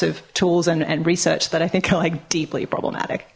of tools and and research that i think i like deeply problematic